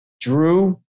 Drew